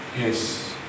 Yes